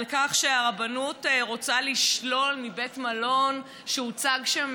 על כך שהרבנות רוצה לשלול מבית מלון שהוצג שם